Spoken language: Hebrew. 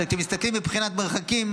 כשאתם מסתכלים מבחינת מרחקים,